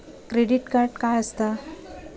Credit card काय असता?